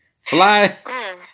fly